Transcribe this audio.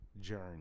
journey